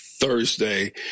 Thursday